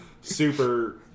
Super